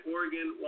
Oregon